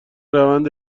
روند